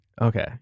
Okay